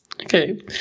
Okay